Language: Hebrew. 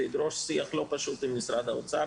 זה ידרוש שיח לא פשוט עם משרד האוצר.